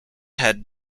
had